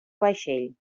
vaixell